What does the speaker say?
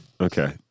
Okay